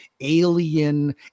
alien